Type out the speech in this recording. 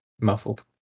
muffled